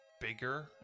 bigger